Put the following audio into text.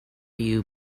you